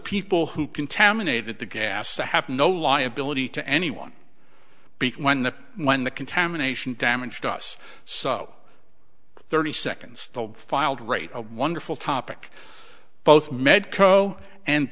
people who contaminated the gas to have no liability to anyone be when the when the contamination damaged us so thirty seconds the filed rate a wonderful topic both medco and